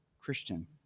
Christian